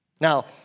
Now